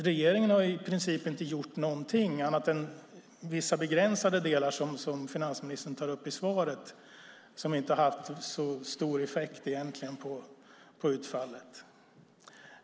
Regeringen har i princip inte gjort någonting annat än vissa begränsade delar som finansministern tar upp i svaret, men de har egentligen inte haft så stor effekt på utfallet.